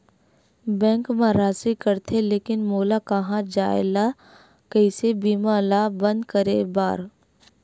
Bank मा राशि कटथे लेकिन मोला कहां जाय ला कइसे बीमा ला बंद करे बार?